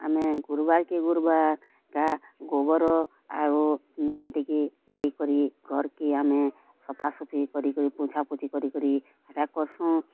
ଆମେ ଗୁରୁବାର୍ କେ ଗୁରୁବାର୍ କାଁ ଗୋବର ଆରୁ ନୁନ୍ ଟିକେ ଦେଇକରି ଘରକେ ଆମେ ସଫାସୁଫି କରିକରି ପୁଛାପୁଛି କରିକରି ହେଟା କରସୁଁ